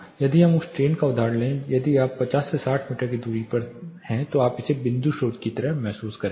यदि हम उसी ट्रेन का उदाहरण लें तो यदि आप 50 से 60 मीटर की दूरी पर है तो आप इसे एक बिंदु स्रोत की तरह महसूस करेंगे